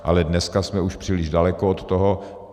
Ale dneska jsme už příliš daleko od toho.